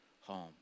home